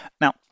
Now